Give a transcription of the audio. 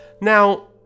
Now